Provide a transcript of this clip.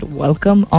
welcome